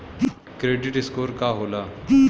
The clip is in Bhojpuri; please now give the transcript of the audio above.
क्रेडीट स्कोर का होला?